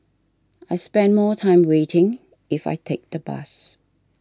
I'll spend more time waiting if I take the bus